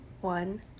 one